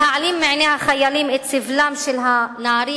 להעלים מעיני החיילים את סבלם של הנערים,